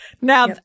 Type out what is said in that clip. now